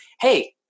Hey